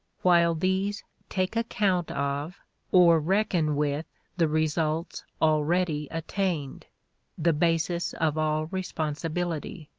while these take account of or reckon with the results already attained the basis of all responsibility.